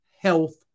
health